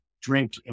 drink